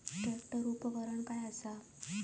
Tractor उपकरण काय असा?